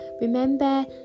Remember